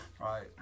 right